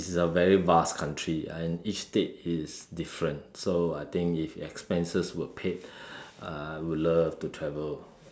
it's a very vast country and each state is different so I think if expenses were paid uh I would love to travel